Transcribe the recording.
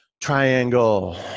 triangle